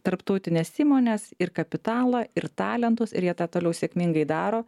tarptautines įmones ir kapitalą ir talentus ir jie tą toliau sėkmingai daro